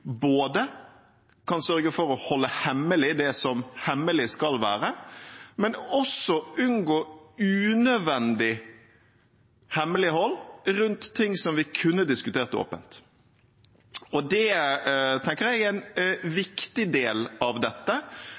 kan sørge for både å holde hemmelig det som hemmelig skal være, og å unngå unødvendig hemmelighold rundt ting som vi kunne diskutert åpent. Det er, tenker jeg, en viktig del av dette.